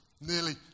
Nearly